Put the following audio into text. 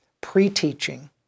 pre-teaching